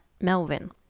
Melvin